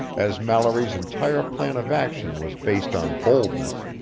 as mallory's entire plan of action was based on boldness,